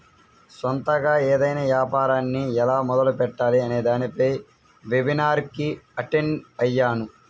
సొంతగా ఏదైనా యాపారాన్ని ఎలా మొదలుపెట్టాలి అనే దానిపై వెబినార్ కి అటెండ్ అయ్యాను